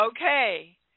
Okay